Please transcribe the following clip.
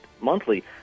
monthly